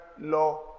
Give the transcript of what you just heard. law